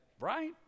right